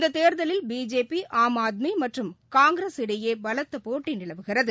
இந்ததேர்தலில் BJP ஆம் ஆத்மிமற்றும் காங்கிரஸ் இடையேகடும் போட்டிநிலவுகிறது